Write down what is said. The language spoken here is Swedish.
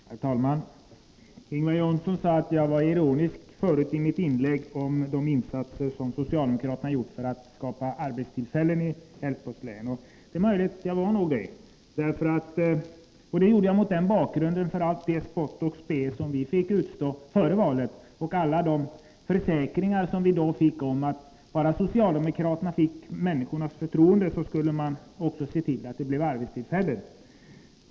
Herr talman! Ingvar Johnsson sade att jag i mitt tidigare inlägg var ironisk beträffande de insatser som socialdemokraterna har gjort för att skapa arbetstillfällen i Älvsborgs län. Och jag var nog det — mot bakgrund av det spott och spe vi fick utstå före valet och alla de försäkringar vi då fick om att bara socialdemokraterna fick människornas förtroende skulle de också se till att det blev arbetstillfällen.